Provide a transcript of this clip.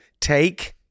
Take